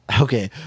Okay